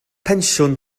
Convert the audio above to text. pensiwn